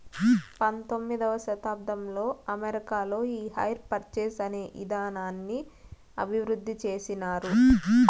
పంతొమ్మిదవ శతాబ్దంలో అమెరికాలో ఈ హైర్ పర్చేస్ అనే ఇదానాన్ని అభివృద్ధి చేసినారు